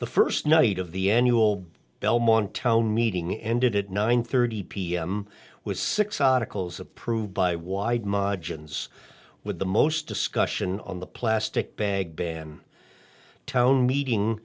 the first night of the n you will belmont town meeting ended at nine thirty pm was six ah tickles approved by wide margins with the most discussion on the plastic bag ban town meeting